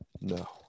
no